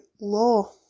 law